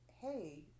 hey